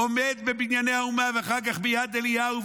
עומד בבנייני האומה ואחר כך ביד אליהו,